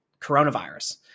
coronavirus